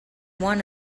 one